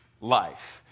life